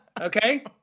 Okay